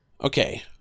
Okay